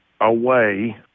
away